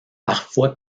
parfois